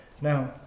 Now